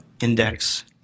index